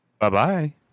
Bye-bye